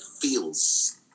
feels